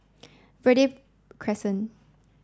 Verde Crescent